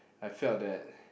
I felt that